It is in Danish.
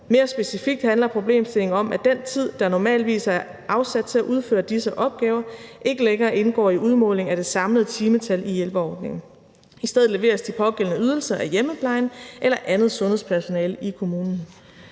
Mere specifikt handler problemstillingen om, at den tid, der normalvis er afsat til at udføre disse opgaver, ikke længere indgår i udmålingen af det samlede timetal i hjælperordningen. I stedet leveres de pågældende ydelser af hjemmeplejen eller andet sundhedspersonale i kommunen.